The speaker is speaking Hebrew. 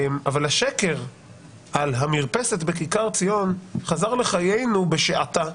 אבל השקר על המרפסת בכיכר ציון חזר לחיינו בשעטה,